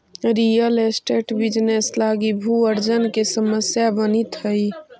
real estate business लगी भू अर्जन के समस्या बनित हई